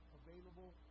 available